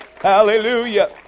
Hallelujah